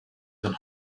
than